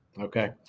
Okay